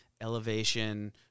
elevation